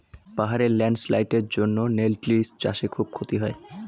পাহাড়ে ল্যান্ডস্লাইডস্ এর জন্য লেনটিল্স চাষে খুব ক্ষতি হয়